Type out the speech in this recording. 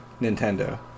Nintendo